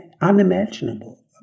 unimaginable